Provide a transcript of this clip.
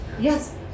Yes